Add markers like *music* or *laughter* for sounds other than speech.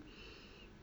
*breath*